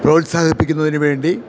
പ്രോത്സാഹിപ്പിക്കുന്നതിനുവേണ്ടി